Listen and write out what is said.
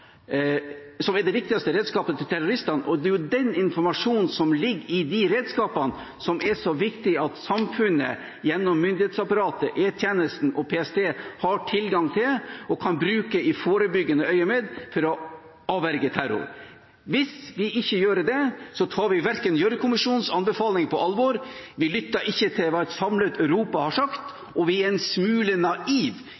det er den informasjonen som ligger i de redskapene, som det er så viktig at samfunnet gjennom myndighetsapparatet, E-tjenesten og PST, har tilgang til og kan bruke i forebyggende øyemed for å avverge terror. Hvis vi ikke gjør det, tar vi ikke Gjørv-kommisjonens anbefaling på alvor, vi lytter ikke til hva et samlet Europa har